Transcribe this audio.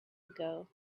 ago